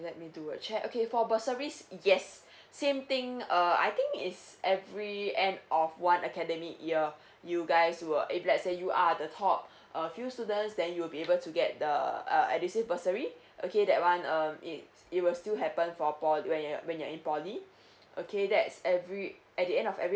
let me do a check okay for bursaries yes same thing uh I think it's every end of one academic year you guys will if let's say you are the top uh few students then you'll be able to get the uh edusave bursary okay that one um it it will still happen for poly when you're when you're in poly okay that's every at the end of every